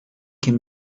can